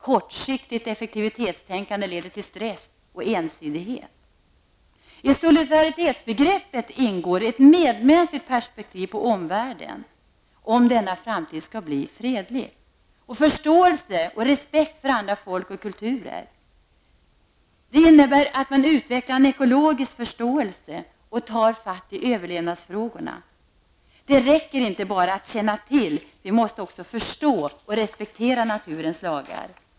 Kortsiktigt effektivitetstänkande leder till stress och ensidighet. I solidaritetsbegreppet ingår ett medmänskligt perspektiv på omvärlden för att framtiden skall bli fredlig. Det ingår även förståelse och respekt för andra folk och kulturer. Det innebär att man utvecklar en ekologisk förståelse och tar fatt i överlevnadsfrågorna. Det räcker inte att bara känna till, vi måste också förstå och respektera naturens lagar.